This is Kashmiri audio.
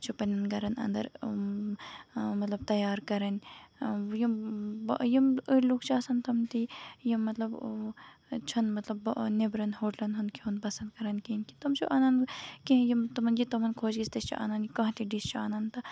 چھُ پَنٕنین گرَن اَندر مطلب تَیار کَرٕنی یِم یِم أڈۍ لُکھ چھِ آسان تِم تہِ یِم مطلب چھُ نہٕ مطلب نیبرَن ہوٹلَن ہُند کھیوٚن پَسند کران کیٚنٛہہ کہِ تِم چھِ اَنان کیٚںہہ یہِ تٔمَن یہِ تٔمَن خۄش گژھِ تہِ چھِ اَنان کانہہ تہِ ڈِش چھِ اَنان تہٕ